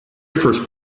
first